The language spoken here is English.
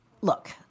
look